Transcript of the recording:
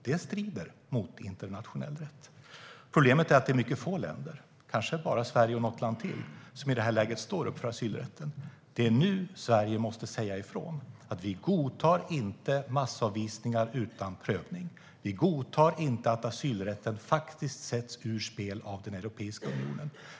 Det strider mot internationell rätt. Problemet är att det är mycket få länder, kanske bara Sverige och något land till, som i det här läget står upp för asylrätten. Det är nu Sverige måste säga ifrån om att vi inte godtar massavvisningar utan prövning och att vi inte godtar att asylrätten faktiskt sätts ur spel av Europeiska unionen.